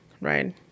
right